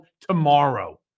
tomorrow